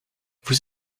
vous